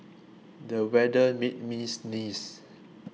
the weather made me sneeze